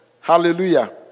Hallelujah